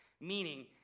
meaning